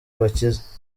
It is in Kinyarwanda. bakize